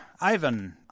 Ivan